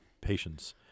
Patients